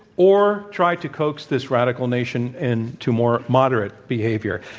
or try to coax this radical nation in to more moderate behavior?